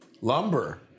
Lumber